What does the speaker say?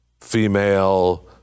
female